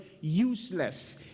useless